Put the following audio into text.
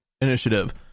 initiative